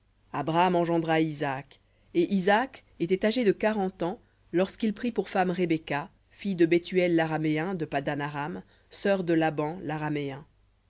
abraham engendra isaac et isaac était âgé de quarante ans lorsqu'il prit pour femme rebecca fille de bethuel l'araméen de paddan aram sœur de laban l'araméen